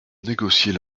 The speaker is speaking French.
négocier